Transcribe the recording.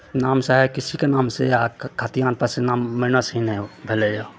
नाम चाहे किसीके नामसँ आओर खतिहान पर से नाम मानिसे नहि भेलइए